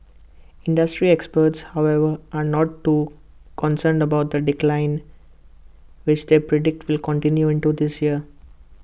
industry experts however are not too concerned about the decline which they predict will continue into this year